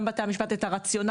גם בתי המשפט הבינו,